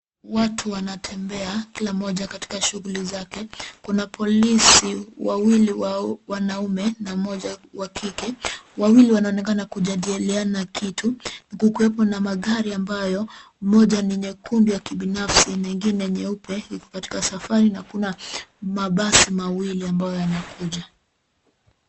Watu wanatembea, kila moja katika shughuli zake. Kuna polisi wawili wanaume na mmoja wa kike. Wawili wanaonekana kujadiliana kiti, kukiwepo na magari ambayo ni nyekundu ya kibinafsi na ingine nyeupe iko katika safari na kuna mabasi mawili ambayo yanakuja.